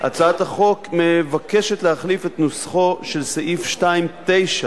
הצעת החוק מבקשת להחליף את נוסחו של סעיף 2(9)